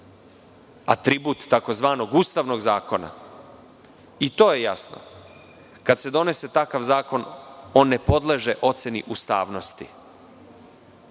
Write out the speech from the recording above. atribut tzv. ustavnog zakona? I to je jasno. Kada se donese takav zakon, on ne podleže oceni ustavnosti.